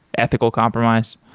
ethical compromise?